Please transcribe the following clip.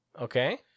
Okay